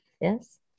Yes